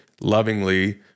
lovingly